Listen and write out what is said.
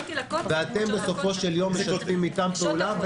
ואתם בסופו של יום משתפים איתם פעולה,